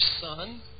son